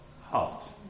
heart